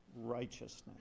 righteousness